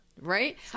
Right